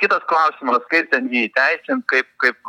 kitas klausimas kaip ten jį įteisint kaip kaip